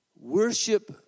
Worship